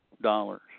dollars